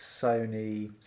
Sony